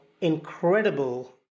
incredible